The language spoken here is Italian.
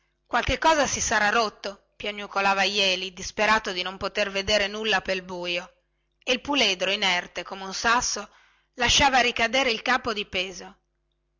qualche cosa si sarà rotto piagnucolava jeli disperato di non poter vedere nulla pel buio e il puledro inerte come un sasso lasciava ricadere il capo di peso